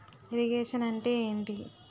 Irrigation అంటే ఏంటీ?